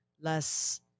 less